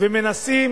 ומנסים